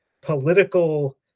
political